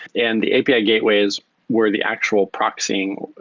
and the apa gateway is where the actual proxying,